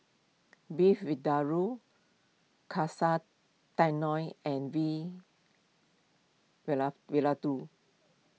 Beef Vindaloo Katsu Tendon and Vindaloo